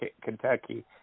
Kentucky